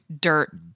dirt